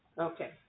Okay